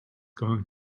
going